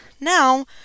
now